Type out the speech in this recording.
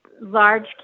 large